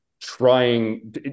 trying